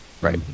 right